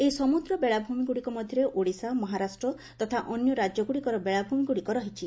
ଏହି ସମୁଦ୍ର ବେଳାଭୂମିଗୁଡ଼ିକ ମଧ୍ଧରେ ଓଡ଼ିଶା ମହାରାଷ୍ଟ ତଥା ଅନ୍ୟ ରାଜ୍ୟଗୁଡ଼ିକର ବେଳାଭୂମିଗୁଡ଼ିକ ରହିଛି